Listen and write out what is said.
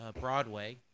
Broadway